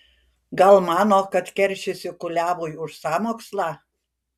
gal mano kad keršysiu kuliavui už sąmokslą